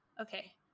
Okay